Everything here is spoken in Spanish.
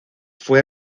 fue